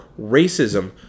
racism